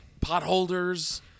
Potholders